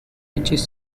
reaches